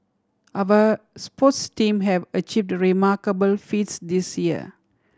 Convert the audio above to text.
our sports team have achieved remarkable feats this year